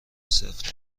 سفت